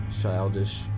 childish